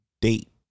date